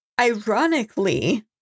ironically